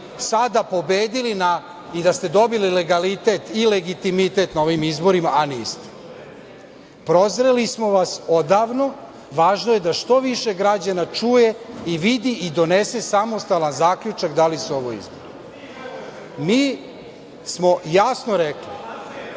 sada pobedili i da ste dobili legalitet i legitimitet na ovim izborima, a niste. Prozreli smo vas odavno. Važno je da što više građana čuje i vidi i donese samostalan zaključak da li su ovo izbori. Mi smo jasno rekli